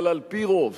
אבל על-פי רוב